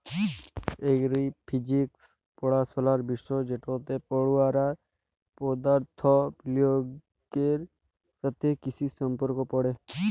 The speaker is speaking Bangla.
এগ্র ফিজিক্স পড়াশলার বিষয় যেটতে পড়ুয়ারা পদাথথ বিগগালের সাথে কিসির সম্পর্ক পড়ে